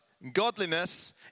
Godliness